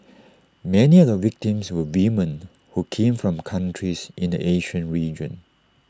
many of the victims were women who came from countries in the Asian region